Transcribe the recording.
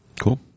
Cool